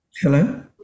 hello